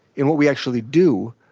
in what we actually do,